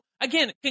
Again